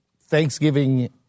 Thanksgiving